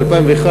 2001,